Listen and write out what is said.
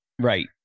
Right